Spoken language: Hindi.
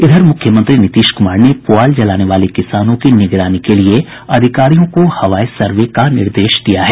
इधर मुख्यमंत्री नीतीश कुमार ने पुआल जलाने वाले किसानों की निगरानी के लिए अधिकारियों को हवाई सर्वे का निर्देश दिया है